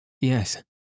Yes